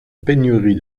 pénurie